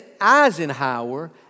Eisenhower